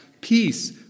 peace